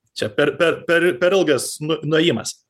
čia per per per per ilgas nu nuėjimas